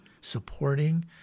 supporting